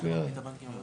אפשר להשיב?